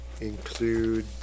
include